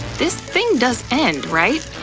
this thing does end, right?